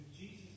Jesus